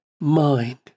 mind